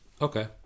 okay